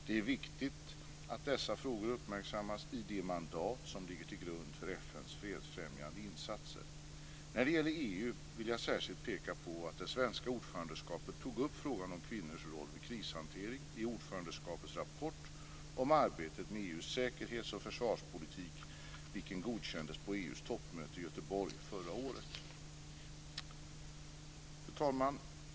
Det är viktigt att dessa frågor uppmärksammas i de mandat som ligger till grund för FN:s fredsfrämjande insatser. När det gäller EU vill jag särskilt peka på att det svenska ordförandeskapet tog upp frågan om kvinnors roll vid krishantering i ordförandeskapets rapport om arbetet med EU:s säkerhets och försvarspolitik , vilken godkändes på EU:s toppmöte i Göteborg förra året. Fru talman!